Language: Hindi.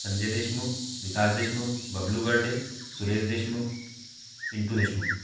संजय देशमुख विकास देशमुख बबलू बर्डे सुरेश देशमुख पिंटू देशमुख